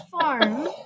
farm